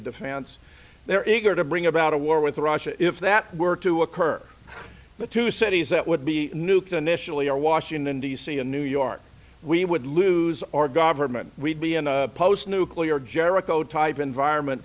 of defense there is going to bring about a war with russia if that were to occur the two cities that would be nuked initially or washington d c in new york we would lose our government we'd be in a post nuclear jerricho type environment